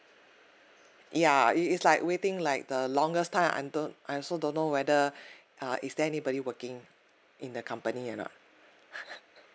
ya it is like waiting like the longest time I don't I also don't know whether uh is there anybody working in the company or not